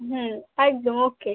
হুম একদম ওককে